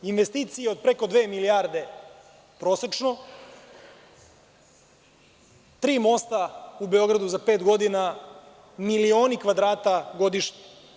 Investicije od preko dve milijarde prosečno, tri mosta u Beogradu za pet godina, milioni kvadrata godišnje.